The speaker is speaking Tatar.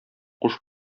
куш